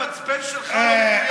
אני מתבייש שהמצפן שלך לא מדויק.